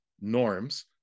norms